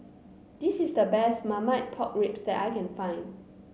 this is the best Marmite Pork Ribs that I can find